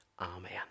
Amen